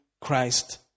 Christ